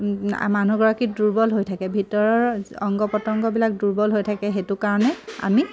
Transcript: মানুহগৰাকী দুৰ্বল হৈ থাকে ভিতৰৰ অংগ প্ৰত্যংগবিলাক দুৰ্বল হৈ থাকে সেইটো কাৰণে আমি